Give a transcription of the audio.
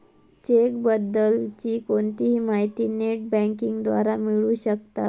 check बद्दल ची कोणतीही माहिती नेट बँकिंग द्वारा मिळू शकताव